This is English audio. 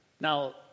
Now